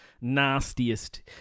nastiest